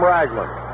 Ragland